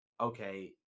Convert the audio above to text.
okay